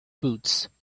boots